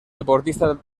deportista